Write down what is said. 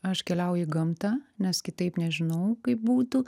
aš keliauju į gamtą nes kitaip nežinau kaip būtų